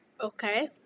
Okay